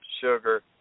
Sugar